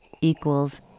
Equals